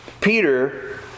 Peter